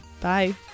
bye